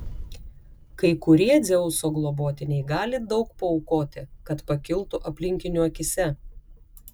kai kurie dzeuso globotiniai gali daug paaukoti kad pakiltų aplinkinių akyse